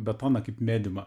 betoną kaip mediumą